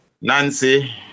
Nancy